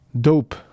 Dope